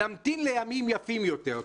נמתין לימים יפים יותר.